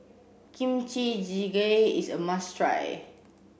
Kimchi Jjigae is a must try